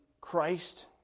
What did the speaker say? Christ